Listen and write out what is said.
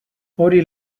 hori